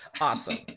awesome